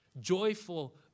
Joyful